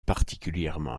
particulièrement